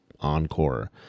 Encore